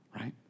right